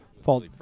Fault